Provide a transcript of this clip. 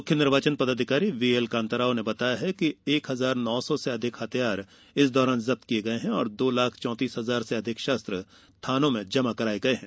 मुख्य निर्वाचन पदाधिकारी वीएल कांताराव ने बताया कि एक हजार नौ सौ से अधिक हथियार जब्त किये गये हैं और दो लाख चौंतीस हजार से अधिक शस्त्र थानों में जमा कराये गये हैं